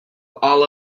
all